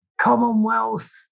Commonwealth